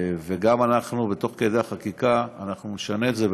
ואנחנו תוך כדי החקיקה גם נשנה את זה,